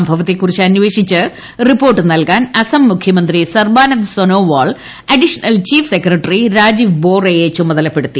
സംഭവത്തെക്കുറിച്ച് അന്വേഷിച്ച് റിപ്പോർട്ട് നൽകാൻ അസം മുഖ്യമന്ത്രി Sarbananda Sonowal additional chief secretary Rajeev ബോറയെ ചുമതലപ്പെടുത്തി